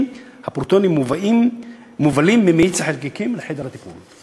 הפרוטונים מובלים ממאיץ החלקיקים לחדר הטיפול.